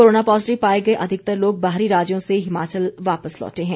corona positive पाए गए अधिकतर लोग बाहरी राज्यों से हिमाचल वापस लौटे हैं